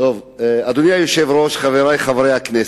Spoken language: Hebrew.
אדוני היושב-ראש, חברי חברי הכנסת,